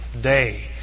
day